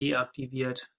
deaktiviert